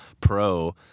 Pro